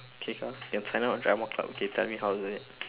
okay lah can sign up drama club okay tell me how is it